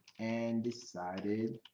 and decided